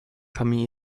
familie